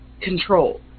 control